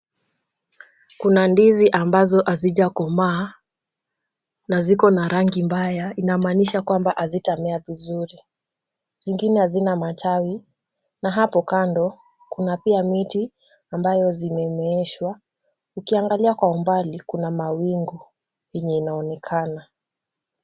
Kuna ndizi ambazo hazijakomaa na ziko na rangi mbaya. Ina maanisha kwamba hazitamea vizuri. Zingine hazina matawi na hapo kando kuna pia miti ambayo zimemeeshwa. Ukiangalia kwa umbali kuna mawingu yenye inaonekana.